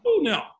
no